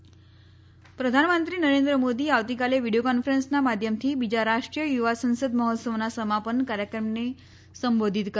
યુવા મહોત્સવ પ્રધાનમંત્રી નરેન્દ્ર મોદી આવતીકાલે વીડીયો કોન્ફરન્સના માધ્યમથી બીજા રાષ્ટ્રીય યુવા સંસદ મહોત્સવના સમાપન કાર્યક્રમને સંબોધીત કરશે